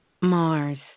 Mars